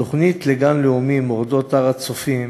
התוכנית לגן לאומי מורדות הר-הצופים